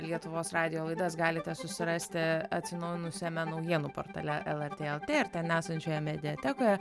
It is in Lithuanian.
lietuvos radijo laidas galite susirasti atsinaujinusiame naujienų portale lrt lt ir ten esančioje mediatekoje